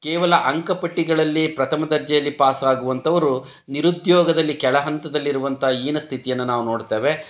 ಕೇವಲ ಅಂಕಪಟ್ಟಿಗಳಲ್ಲಿ ಪ್ರಥಮ ದರ್ಜೆಯಲ್ಲಿ ಪಾಸ್ ಆಗುವಂಥವರು ನಿರುದ್ಯೋಗದಲ್ಲಿ ಕೆಳ ಹಂತದಲ್ಲಿರುವಂಥ ಹೀನ ಸ್ಥಿತಿಯನ್ನು ನಾವು ನೋಡ್ತೇವೆ